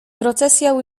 procesja